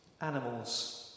Animals